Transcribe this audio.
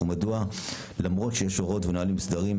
ומדוע למרות שיש הוראות ונהלים מוסדרים,